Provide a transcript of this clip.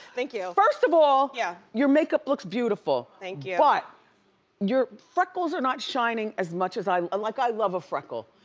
thank you. first of all, yeah your make-up looks beautiful. thank you. but your freckles are not shining as much as i, um and like i love a freckle.